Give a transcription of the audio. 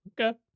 Okay